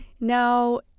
Now